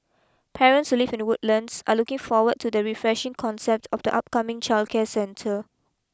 parents who live in Woodlands are looking forward to the refreshing concept of the upcoming childcare centre